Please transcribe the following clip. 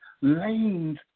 lanes